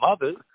mothers